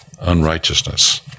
unrighteousness